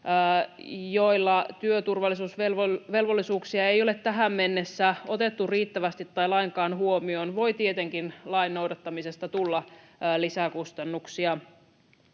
joilla työturvallisuusvelvollisuuksia ei ole tähän mennessä otettu riittävästi tai lainkaan huomioon, voi tietenkin lain noudattamisesta tulla lisäkustannuksia.